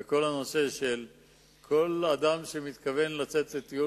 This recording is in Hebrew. שר התיירות כל אדם שמתכוון לצאת לטיול